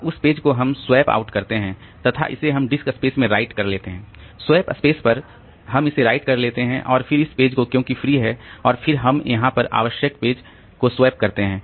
और उस पेज को हम स्वैप आउट करते हैं तथा इसे हम डिस्क स्पेस में राइट कर लेते हैं स्वैप स्पेस पर हम इसे राइट कर लेते हैं और फिर इस पेज को क्योंकि फ्री है और फिर हम यहाँ पर आवश्यक पेज को स्वैप करते हैं